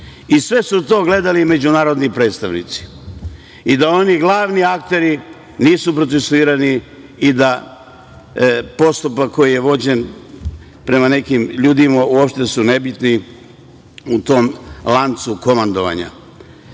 I sve su to gledali međunarodni predstavnici i da oni glavni akteri nisu procesuirani i da postupak koji je vođen prema nekim ljudima uopšte su nebitni u tom lancu komandovanja. Preko